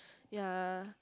ya